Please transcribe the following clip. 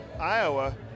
Iowa